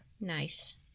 Nice